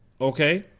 okay